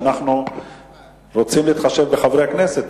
אנחנו רוצים להתחשב בחברי הכנסת,